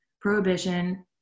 prohibition